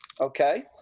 okay